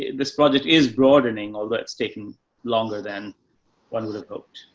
this project is broadening all that it's taken longer than one would have hoped.